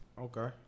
Okay